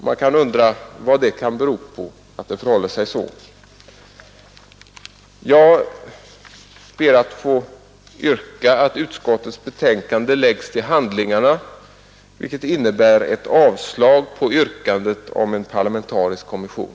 Vad kan det bero på? Jag ber att få yrka att utskottets betänkande läggs till handlingarna, vilket innebär ett avslag på yrkandet om en parlamentarisk kommission.